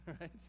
right